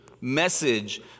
message